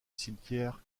cimetière